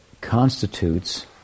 constitutes